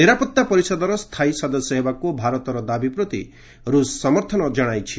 ନିରାପତ୍ତା ପରିଷଦର ସ୍ଥାୟୀ ସଦସ୍ୟ ହେବାକୁ ଭାରତର ଦାବି ପ୍ରତି ରୁଷ ସମର୍ଥନ ଞ୍ଜାପନ କରିଛି